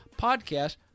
podcast